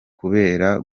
kubera